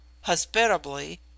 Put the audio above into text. hospitably